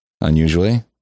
unusually